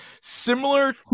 similar